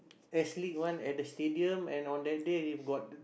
S-league one at the stadium and on that day they got